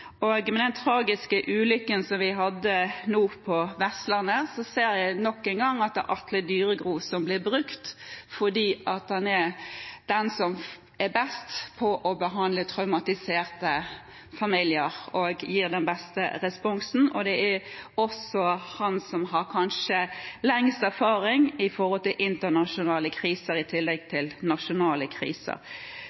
Med den tragiske ulykken som vi nå hadde på Vestlandet, ser jeg nok en gang at det er Atle Dyregrov som blir brukt, fordi han er den som er best på å behandle traumatiserte familier og gir den beste responsen. Det er også han som kanskje har lengst erfaring med både internasjonale og nasjonale kriser.